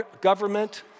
government